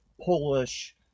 Polish